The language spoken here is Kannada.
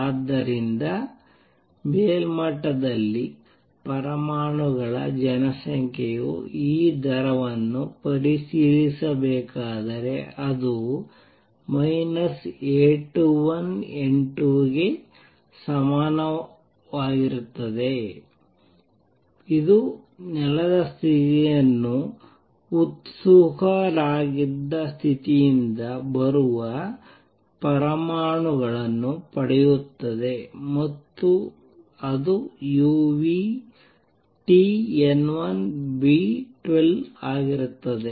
ಆದ್ದರಿಂದ ಮೇಲ್ಮಟ್ಟದಲ್ಲಿ ಪರಮಾಣುಗಳ ಜನಸಂಖ್ಯೆಯು ಈ ದರವನ್ನು ಪರಿಶೀಲಿಸಬೇಕಾದರೆ ಅದು A21N2 ಗೆ ಸಮಾನವಾಗಿರುತ್ತದೆ ಇದು ನೆಲದ ಸ್ಥಿತಿಯಿಂದ ಉತ್ಸುಕರಾಗಿದ್ದ ಸ್ಥಿತಿಯಿಂದ ಬರುವ ಪರಮಾಣುಗಳನ್ನು ಪಡೆಯುತ್ತದೆ ಮತ್ತು ಅದು uTN1B12 ಆಗಿರುತ್ತದೆ